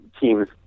teams